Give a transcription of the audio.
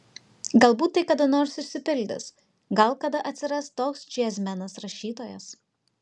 galbūt tai kada nors išsipildys gal kada atsiras toks džiazmenas rašytojas